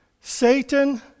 Satan